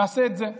נעשה את זה איתכם,